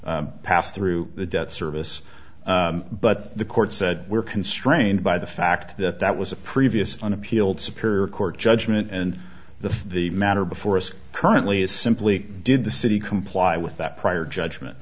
to pass through the debt service but the court said we're constrained by the fact that that was a previous on appealed superior court judgment and the the matter before us currently is simply did the city comply with that prior judgment